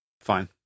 Fine